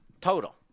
total